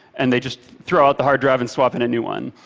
and they just throw out the hard drive and swap in a new one.